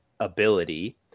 ability